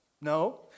No